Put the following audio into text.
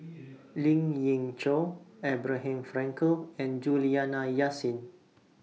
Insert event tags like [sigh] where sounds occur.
[noise] Lien Ying Chow Abraham Frankel and Juliana Yasin